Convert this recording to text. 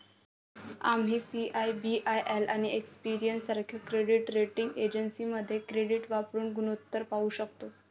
आम्ही सी.आय.बी.आय.एल आणि एक्सपेरियन सारख्या क्रेडिट रेटिंग एजन्सीमध्ये क्रेडिट वापर गुणोत्तर पाहू शकतो